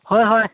হয় হয়